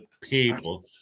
people